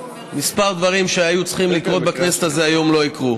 כמה דברים שהיו צריכים לקרות בכנסת הזאת היום לא יקרו.